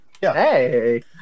Hey